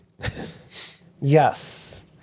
Yes